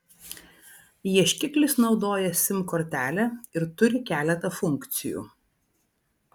ieškiklis naudoja sim kortelę ir turi keletą funkcijų